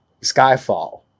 Skyfall